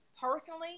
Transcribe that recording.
personally